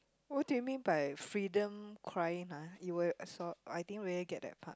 what do you mean by freedom crying ah you will I didn't really get that part